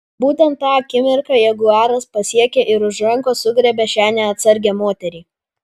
būtent tą akimirką jaguaras pasiekė ir už rankos sugriebė šią neatsargią moterį